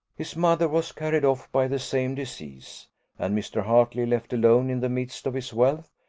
his mother was carried off by the same disease and mr. hartley, left alone in the midst of his wealth,